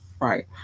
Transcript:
right